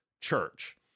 church